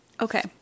Okay